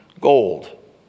gold